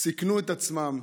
סיכנו את עצמם,